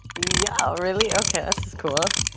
yeah, really? okay, that's cool. ah